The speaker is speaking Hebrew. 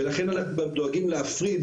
ולכן דואגים להפריד.